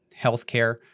healthcare